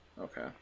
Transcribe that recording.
okay